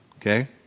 okay